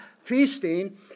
feasting